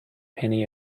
penny